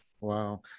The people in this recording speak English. Wow